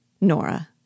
Nora